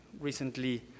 recently